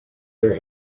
your